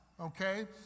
Okay